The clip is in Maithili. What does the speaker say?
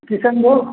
किसनभोग